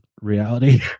reality